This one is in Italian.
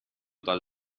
dal